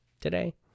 today